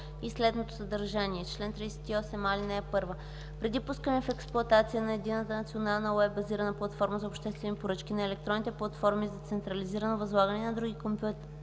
и следното съдържание: „Чл. 38а. (1) Преди пускане в експлоатация на единната национална уеб-базирана платформа за обществени поръчки, на електронните платформи за централизирано възлагане и на друга компютърни